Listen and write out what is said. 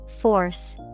Force